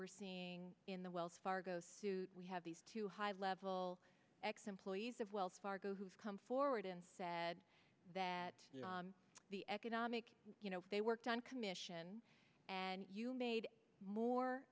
we're seeing in the wells fargo's we have these two high level ex employees of wells fargo who have come forward and said that the economic you know they worked on commission and you made more